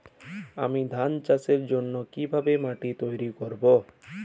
আমি ধান চাষের জন্য কি ভাবে মাটি তৈরী করব?